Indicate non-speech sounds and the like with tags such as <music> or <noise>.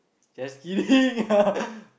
just kidding <laughs>